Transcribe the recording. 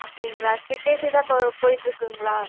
அப்படிங்களா split AC தான் போ போயிட்டுருக்குங்களா